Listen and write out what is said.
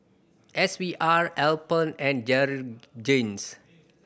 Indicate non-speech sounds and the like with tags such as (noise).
S V R Alpen and (unintelligible)